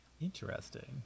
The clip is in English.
Interesting